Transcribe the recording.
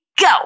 Go